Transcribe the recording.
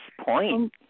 point